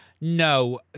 No